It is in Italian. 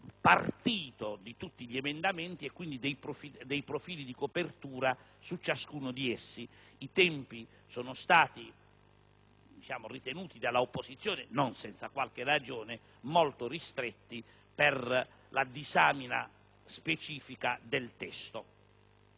partito di tutti gli emendamenti e, di conseguenza, dei profili di copertura finanziaria di ciascuno di essi. I tempi sono stati ritenuti dall'opposizione (non senza qualche ragione) molto ristretti per la disamina specifica del testo.